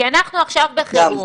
כי אנחנו עכשיו בחירום